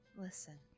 listen